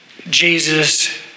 Jesus